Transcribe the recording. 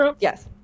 Yes